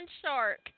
shark